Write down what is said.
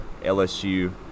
LSU